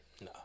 No